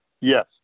Yes